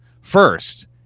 first